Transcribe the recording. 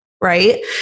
right